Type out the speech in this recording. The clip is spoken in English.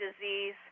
disease